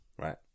right